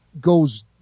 goes